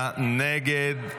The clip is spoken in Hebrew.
נגד.